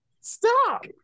Stop